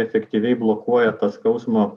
efektyviai blokuoja tą skausmo